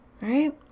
right